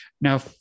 Now